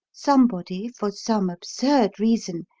somebody, for some absurd reason,